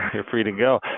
you're free to go.